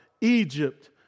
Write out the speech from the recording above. Egypt